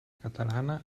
catalana